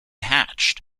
hatched